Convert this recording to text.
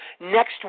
Next